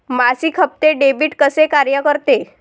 मासिक हप्ते, डेबिट कसे कार्य करते